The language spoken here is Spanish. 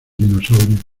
dinosaurio